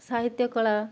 ସାହିତ୍ୟ କଳା